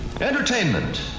Entertainment